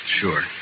Sure